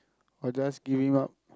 or just give him up